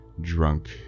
drunk